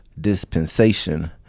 dispensation